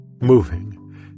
moving